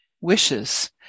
wishes